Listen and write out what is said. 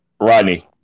Rodney